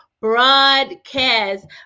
broadcast